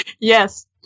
Yes